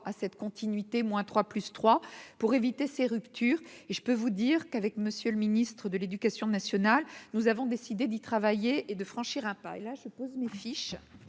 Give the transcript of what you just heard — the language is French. à cette continuité, moins trois, plus 3 pour éviter ces ruptures et je peux vous dire qu'avec Monsieur le Ministre de l'Éducation nationale, nous avons décidé d'y travailler et de franchir un pas et là je pose mes fiches